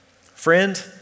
Friend